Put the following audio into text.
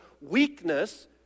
weakness